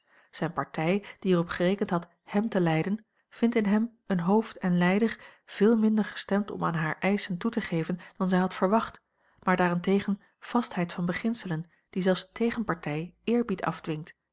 zijne partij die er op gerekend had hem te leiden vindt in hem een hoofd en leider veel minder gestemd om aan hare eischen toe te geven dan zij had verwacht maar daarentegen vastheid van beginselen die zelfs de tegenpartij eerbied afdwingt